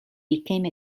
became